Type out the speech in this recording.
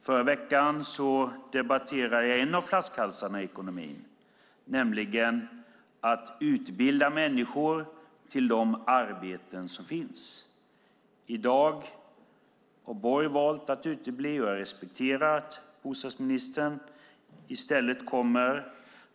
Förra veckan debatterade jag en av flaskhalsarna i ekonomin, nämligen behovet av att utbilda människor till de arbeten som finns. I dag har Borg valt att utebli, och jag respekterar att bostadsministern i stället kommer.